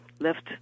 left